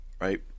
right